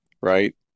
right